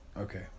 Okay